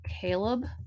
Caleb